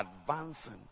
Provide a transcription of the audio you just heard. advancing